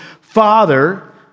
father